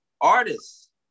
artists